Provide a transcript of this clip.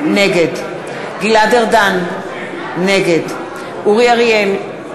נגד גלעד ארדן, נגד אורי אריאל,